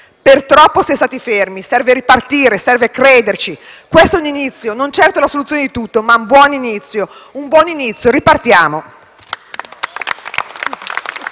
Per troppo si è stati fermi. Serve ripartire, serve crederci. Questo è un inizio, non certo la soluzione di tutto, ma un buon inizio. Ripartiamo.